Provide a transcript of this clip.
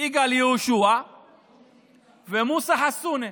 יגאל יהושע ומוסא חסונה.